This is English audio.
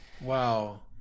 Wow